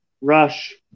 Rush